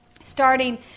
starting